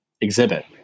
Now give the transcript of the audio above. exhibit